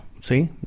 see